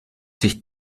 sich